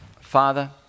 Father